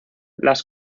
las